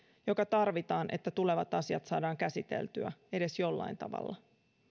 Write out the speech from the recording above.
joka tarvitaan että tulevat asiat saadaan käsiteltyä edes jollain tavalla